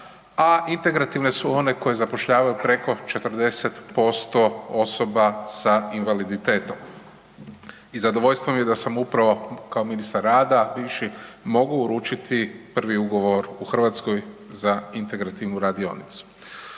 a integrativne su one koje zapošljavaju preko 40% osoba sa invaliditetom. I zadovoljstvo mi je da sam upravo kao ministar rada, bivši, mogu uručiti prvi ugovor u Hrvatskoj za integrativnu radionicu.